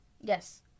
Yes